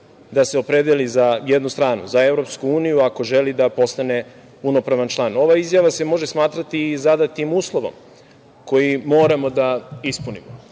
da se opredeli za jednu stranu, za EU ako želi da postane punopravan član. Ova izjava se može smatrati i zadatim uslovom koji moramo da ispunimo.